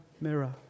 mirror